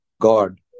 God